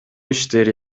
иштери